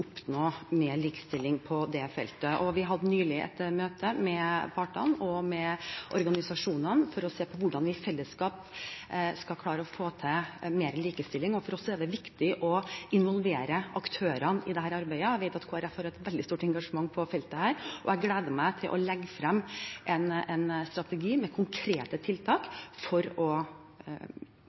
oppnå mer likestilling på det feltet. Vi hadde nylig et møte med partene og med organisasjonene for å se på hvordan vi i fellesskap skal klare å få til mer likestilling. For oss er det viktig å involvere aktørene i dette arbeidet. Jeg vet at Kristelig Folkeparti har et veldig stort engasjement på dette feltet. Jeg gleder meg til å legge frem en strategi med konkrete tiltak for å